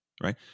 right